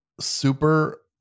super